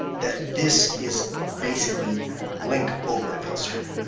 that this is basically link over an event stream.